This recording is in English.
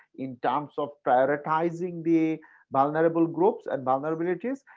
in terms of prioritizing the vulnerable groups and vulnerabilities.